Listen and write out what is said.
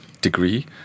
degree